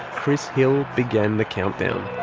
chris hill began the countdown.